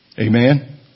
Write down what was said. Amen